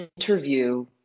interview